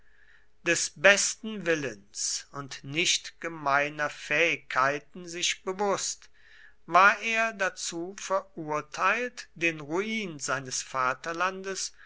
des besten willens und nicht gemeiner fähigkeiten sich bewußt war er dazu verurteilt den ruin seines vaterlandes